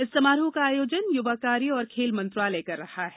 इस समारोह का आयोजन युवा कार्य और खेल मंत्रालय कर रहा है